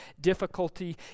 difficulty